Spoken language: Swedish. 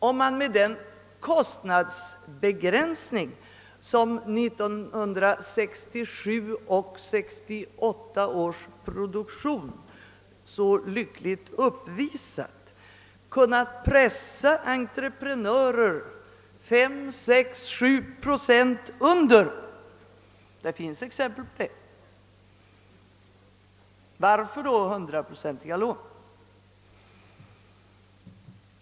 Om man med den kostnadsbegränsning som 1967 och 1968 års produktion så lyckligt uppvisat kunnat pressa ned entreprenörernas priser 5, 6 eller 7 procent under pantvärdet — det finns exempel härpå — varför ges då lån upp till 100 procent av detta värde?